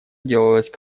делалось